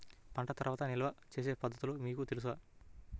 పంట తర్వాత నిల్వ చేసే పద్ధతులు మీకు తెలుసా?